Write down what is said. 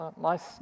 nice